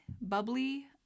bubbly